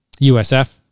USF